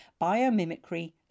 Biomimicry